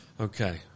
Okay